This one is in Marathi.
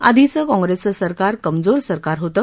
आधीचं काँग्रेसचं सरकार कमजोर सरकार होतं